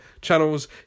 channels